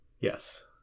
Yes